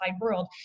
world